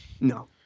No